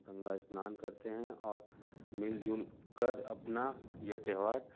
गंगा स्नान करते हैं और मिल जुलकर अपना यह त्यौहार